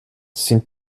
sind